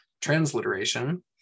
transliteration